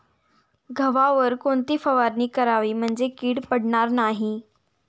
गव्हावर कोणती फवारणी करावी म्हणजे कीड पडणार नाही?